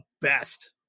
best